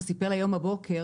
שסיפר לי הבוקר,